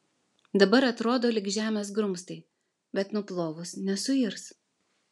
dabar atrodo lyg žemės grumstai bet nuplovus nesuirs